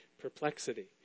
perplexity